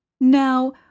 Now